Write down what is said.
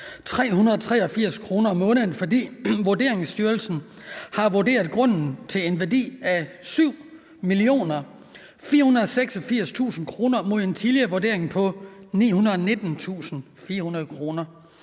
62.383 kr., fordi Vurderingsstyrelsen har vurderet grunden til en værdi af 7.486.000 kr. mod en tidligere vurdering på 919.400 kr.,